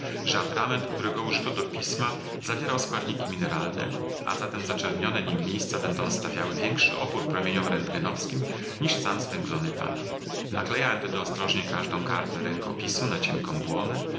że atrament którego użyto do pisma zawierał składniki mineralne a zatem zaczernione nim miejsca będą stawiały większy opór promieniom rntgenowskim niż sam zwęglony papier naklejałem tedy ostrożnie każdą kartę rękopisu na cienką błonę